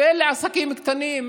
ואלה עסקים קטנים,